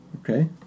okay